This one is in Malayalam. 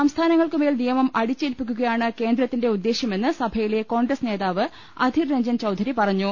സംസ്ഥാനങ്ങൾക്കുമേൽ നിയമം അടിച്ചേൽപ്പിക്കു കയാണ് കേന്ദ്രത്തിന്റെ ഉദ്ദേശ്യമെന്ന് സഭയിലെ കോൺഗ്രസ് അധിർരഞ് ജൻ നേതാവ് ചൌനരി പറഞ്ഞു